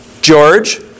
George